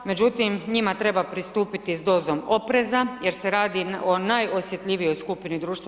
Međutim, njima treba pristupiti s dozom opreza jer se radi o najosjetljivijoj skupini društva.